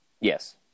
Yes